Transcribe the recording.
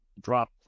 drop